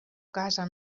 casa